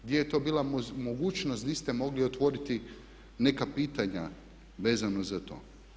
Gdje je to bila mogućnost di ste mogli otvoriti neka pitanja vezano za to?